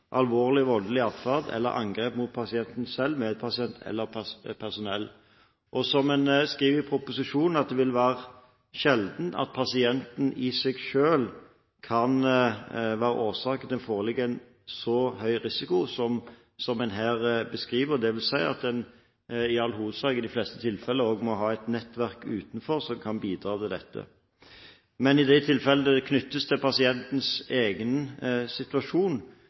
alvorlig voldelig atferd eller angrep mot pasienten selv, medpasienter eller personell. Som man skriver i proposisjonen, vil det være sjelden at pasienten i seg selv er årsaken til at det foreligger en så høy risiko som man her beskriver. Det vil si at man i all hovedsak i de fleste tilfeller også må ha et nettverk utenfor som kan bidra ved dette. Men i de tilfeller det knyttes til pasientens egen situasjon,